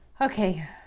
Okay